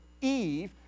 Eve